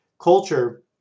culture